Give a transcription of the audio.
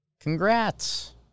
congrats